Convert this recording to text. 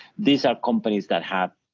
these are companies that have,